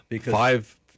Five